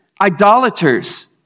idolaters